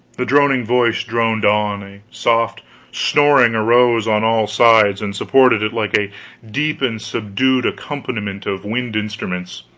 the droning voice droned on a soft snoring arose on all sides and supported it like a deep and subdued accompaniment of wind instruments.